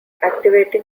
activating